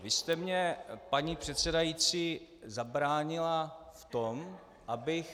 Vy jste mně, paní předsedající, zabránila v tom, abych...